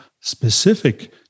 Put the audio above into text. specific